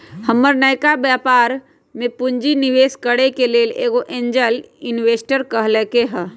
हमर नयका व्यापर में पूंजी निवेश करेके लेल एगो एंजेल इंवेस्टर कहलकै ह